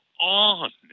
on